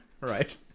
Right